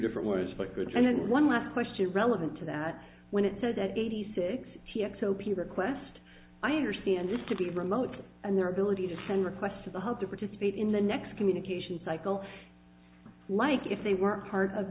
different words but good and then one last question relevant to that when it said that eighty six t x o p request i understand this to be remote and their ability to send requests to the hub to participate in the next communication cycle like if they were a part of